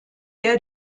der